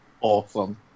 awesome